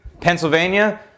Pennsylvania